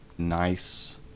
Nice